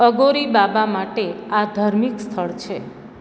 અઘોરી બાબા માટે આ ધાર્મિક સ્થળ છે